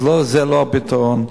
אבל זה לא הפתרון.